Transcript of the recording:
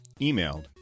emailed